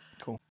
Cool